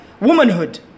Womanhood